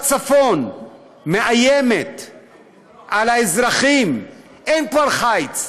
בצפון מאיים על האזרחים, אין כבר חיץ,